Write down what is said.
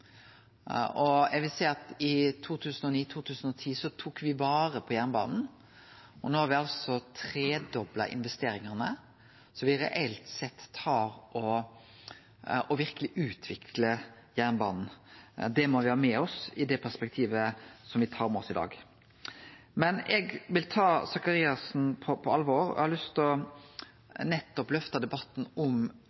utviklinga. Eg vil seie at me i 2009–2010 tok vare på jernbanen, og nå har me altså tredobla investeringane, så reelt sett utviklar me verkeleg jernbanen. Det må med i det perspektivet me tar med oss i dag. Eg vil ta Faret Sakariassen på alvor og har lyst til å